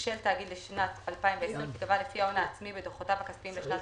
של תאגיד לשנת 2020 תיקבע לפי ההון העצמי בדוחותיו הכספיים לשנת